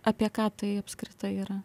apie ką tai apskritai yra